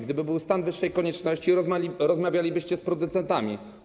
Gdyby to był stan wyższej konieczności, to rozmawialibyście z producentami.